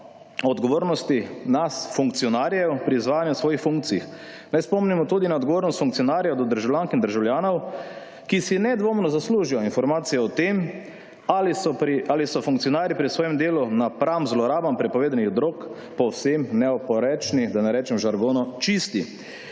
odgovornosti nas, funkcionarjev, pri izvajanju svojih funkcij. Naj spomnimo tudi na odgovornost funkcionarjev do državljank in državljanov, ki si nedvomno zaslužijo informacije o tem, ali so funkcionarji pri svojem delu napram zlorabam prepovedanih drog povsem neoporečni, da ne rečem v žargonu čisti.